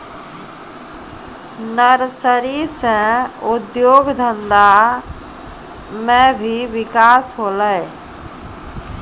nursery से उद्योग धंधा मे भी बिकास होलै